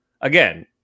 again